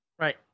right